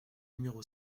numéro